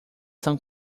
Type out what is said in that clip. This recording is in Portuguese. são